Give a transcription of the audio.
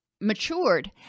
matured